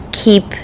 Keep